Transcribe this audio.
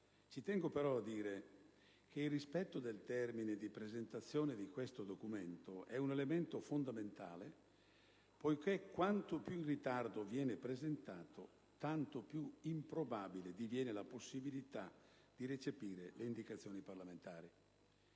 Ci tengo però a dire che il rispetto del termine di presentazione di questo documento è un elemento fondamentale, poiché, quanto più in ritardo viene presentato, tanto più improbabile diviene la possibilità di recepire le indicazioni parlamentari.